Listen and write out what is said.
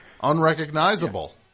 unrecognizable